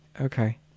okay